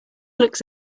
looks